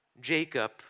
Jacob